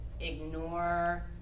ignore